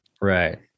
Right